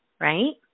Right